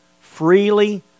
freely